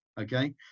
okay